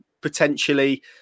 potentially